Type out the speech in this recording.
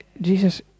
Jesus